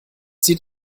sieht